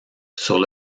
sur